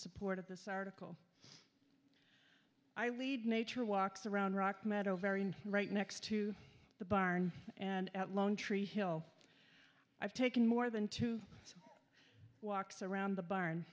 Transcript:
support of this article i lead nature walks around rock meadow very right next to the barn and at lone tree hill i've taken more than two walks around the barn